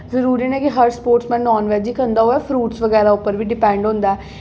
जरूरी नेईं कि हर स्पोर्टस्मैन नानवेज गै खंदा होऐ फरूट्स बगैरा उप्पर बी डिपैंड होंदा ऐ